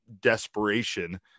desperation